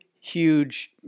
huge